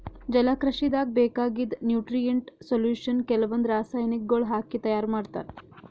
ಜಲಕೃಷಿದಾಗ್ ಬೇಕಾಗಿದ್ದ್ nutrient solution ಕೆಲವಂದ್ ರಾಸಾಯನಿಕಗೊಳ್ ಹಾಕಿ ತೈಯಾರ್ ಮಾಡ್ತರ್